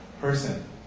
person